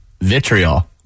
vitriol